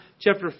chapter